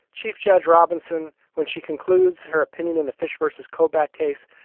chief judge robinson, when she concludes her opinion in the fisher versus kobach case,